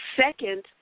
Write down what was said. second